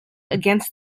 against